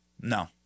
No